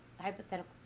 hypothetical